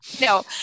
No